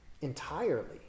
entirely